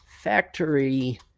Factory